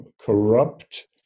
corrupt